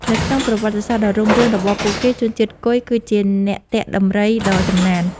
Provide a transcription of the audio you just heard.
នៅក្នុងប្រវត្តិសាស្ត្រដ៏រុងរឿងរបស់ពួកគេ ជនជាតិគុយគឺជាអ្នកទាក់ដំរីដ៏ចំណាន។